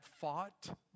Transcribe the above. fought